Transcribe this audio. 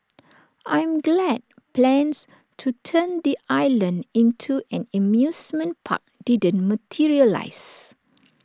I'm glad plans to turn the island into an amusement park didn't materialise